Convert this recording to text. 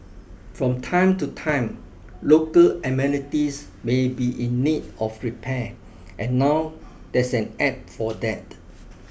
from time to time local amenities may be in need of repair and now there's an App for that